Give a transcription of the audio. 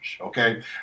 okay